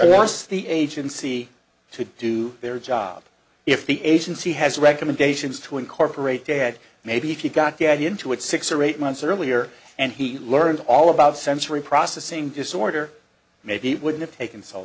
the agency to do their job if the agency has recommendations to incorporate dad maybe if you got the idea into it six or eight months earlier and he learned all about sensory processing disorder maybe it wouldn't have taken so